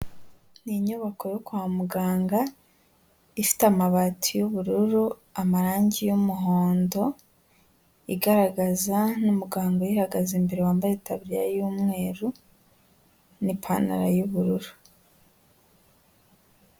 Ni inyubako yo kwa muganga, ifite amabati y'ubururu, amarangi y'umuhondo, igaragaza n'umuganga uyihagaze imbere wambaye itaburiya y'umweru, n'ipantaro y'ubururu.